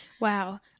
Wow